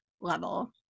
level